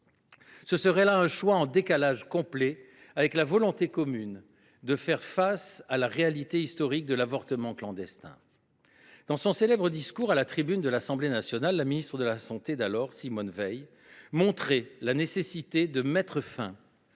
Ce serait là un choix en décalage complet avec la volonté commune de faire face à la réalité historique de l’avortement clandestin. Dans son célèbre discours à la tribune de l’Assemblée nationale, la ministre de la santé d’alors, Simone Veil, montrait la nécessité de mettre fin